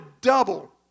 double